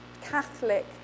Catholic